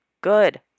good